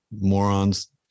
morons